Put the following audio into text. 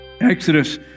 Exodus